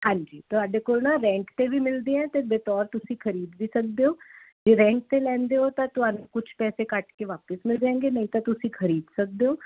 ਹਾਂਜੀ ਤੁਹਾਡੇ ਕੋਲ ਨਾ ਰੈਂਟ 'ਤੇ ਵੀ ਮਿਲਦੀ ਹੈ ਅਤੇ ਬਤੌਰ ਤੁਸੀਂ ਖਰੀਦ ਵੀ ਸਕਦੇ ਹੋ ਜੇ ਰੈਂਟ 'ਤੇ ਲੈਂਦੇ ਹੋ ਤਾਂ ਤੁਹਾਨੂੰ ਕੁਝ ਪੈਸੇ ਕੱਟ ਕੇ ਵਾਪਸ ਲੈ ਜਾਗੇ ਨਹੀਂ ਤਾਂ ਤੁਸੀਂ ਖਰੀਦ ਸਕਦੇ ਹੋ